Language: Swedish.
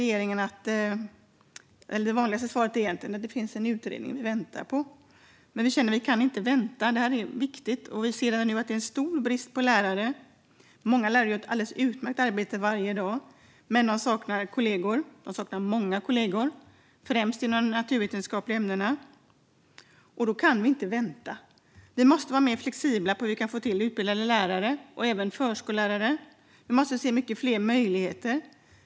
Det vanligaste svaret från regeringen är att det finns en utredning som vi väntar på. Men vi känner att vi inte kan vänta, för det här är viktigt. Vi ser att det nu är stor brist på lärare. Många lärare gör ett alldeles utmärkt arbete varje dag. Men de saknar kollegor, de saknar många kollegor, främst inom de naturvetenskapliga ämnena, och då kan vi inte vänta. Vi måste vara mer flexibla för att få till utbildade lärare och även förskollärare. Vi måste se många fler möjligheter.